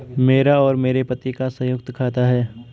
मेरा और मेरे पति का संयुक्त खाता है